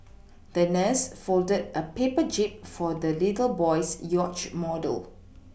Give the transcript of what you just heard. the nurse folded a paper jib for the little boy's yacht model